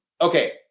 Okay